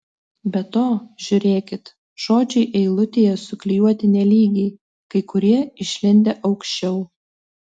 be to žiūrėkit žodžiai eilutėje suklijuoti nelygiai kai kurie išlindę aukščiau